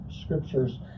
scriptures